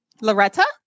Loretta